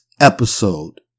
episode